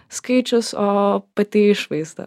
skaičius o pati išvaizda